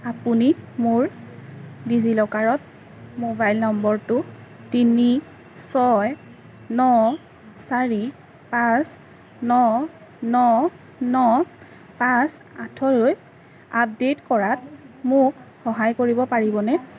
আপুনি মোৰ ডিজিলকাৰত মোবাইল নম্বৰটো তিনি ছয় ন চাৰি পাঁচ ন ন ন পাঁচ আঠলৈ আপডেইট কৰাত মোক সহায় কৰিব পাৰিবনে